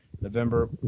November